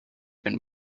been